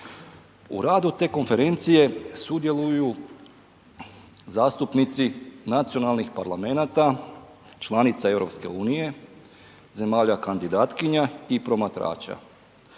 U radu te konferencije sudjeluju zastupnici nacionalnih parlamenata članica EU, zemalja kandidatkinja i promatrača.